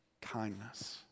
kindness